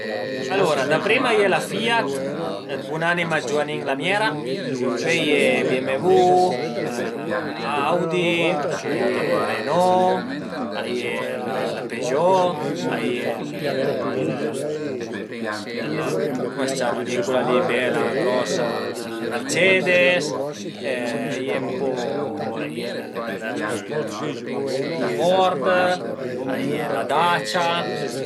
Alura da prima a ie la FIAT de bunanima Giuanin Lamiera, pöi a ie BMW, Audi, a ie Renault, a ie la Peugeot a ie a ie cum a së ciama li cula li bela, grosa la Mercedes, a ie ën po, a ie la Ford, a ie la Dacia